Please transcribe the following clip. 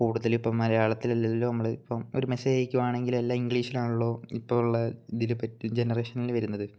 കൂടുതൽ ഇപ്പം മലയാളത്തിലല്ലല്ലോ നമ്മൾ ഇപ്പം ഒരു മെസേജയ്ക്കുവാണെങ്കിൽ എല്ലാം ഇങ്ക്ലീഷിലാണല്ലോ ഇപ്പോൾ ഉള്ളത് ഇതിൽ പറ്റ് ജെനറേഷൻൽ വരുന്നത്